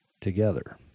together